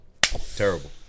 Terrible